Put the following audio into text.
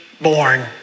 born